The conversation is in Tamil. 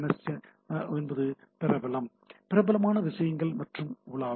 எல் என்பது மிகவும் பிரபலமான விஷயங்கள் மற்றும் உலாவி